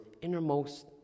innermost